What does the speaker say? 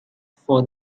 for